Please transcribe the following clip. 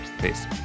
peace